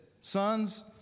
sons